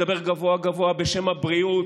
מדבר גבוהה-גבוהה בשם הבריאות,